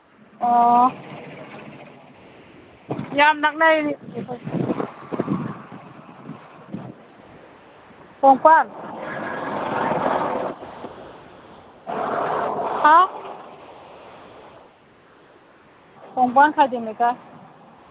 ꯑꯣ ꯌꯥꯝ ꯅꯛꯅꯔꯦꯅꯦ ꯑꯩꯈꯣꯏꯒ ꯀꯣꯡꯄꯥꯜ ꯍꯥꯎ ꯀꯣꯡꯄꯥꯜ ꯈꯥꯏꯗꯦꯝ ꯂꯩꯀꯥꯏ